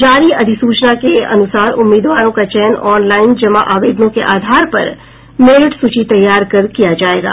जारी अधिसूचना के अनुसार उम्मीदवारों का चयन ऑनलाइन जमा आवेदनों के आधार पर मेरिट सूची तैयार कर किया जायेगा